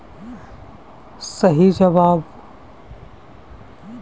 जल के बिना सृष्टि की कल्पना असम्भव ही है